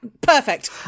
perfect